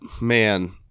Man